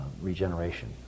regeneration